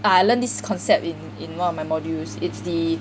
I learned this concept it in one of my modules it's the